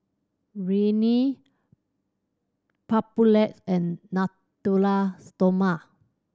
Rene Papulex and Natura Stoma